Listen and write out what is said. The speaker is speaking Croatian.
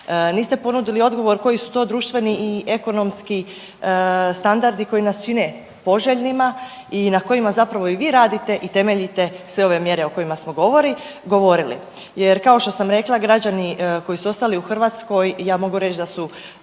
Niste ponudili odgovor koji su to društveni i ekonomski standardi koji nas čine poželjnima i na kojima zapravo i vi radite i temeljite sve ove mjere o kojima smo govorili jer kao što sam rekla građani koji su ostali u Hrvatskoj, ja mogu reć da su